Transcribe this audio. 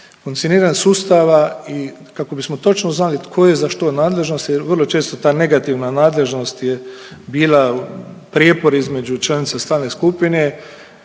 funkcioniranje sustava i kako bismo točno znali tko je za što nadležnost jer vrlo često ta negativna nadležnost je bila prijepor između članica stalne skupine